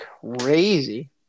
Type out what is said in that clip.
crazy